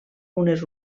unes